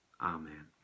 amen